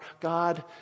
God